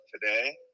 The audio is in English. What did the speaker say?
today